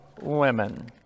women